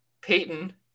Peyton